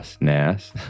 Nass